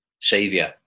saviour